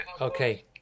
Okay